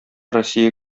россия